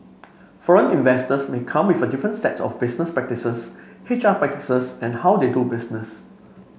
foreign investors may come with a different set of business practices H R practices and how they do business